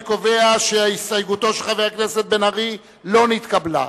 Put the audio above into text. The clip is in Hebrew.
אני קובע שהסתייגותו של חבר הכנסת בן-ארי לא נתקבלה.